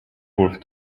worth